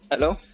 Hello